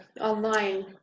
online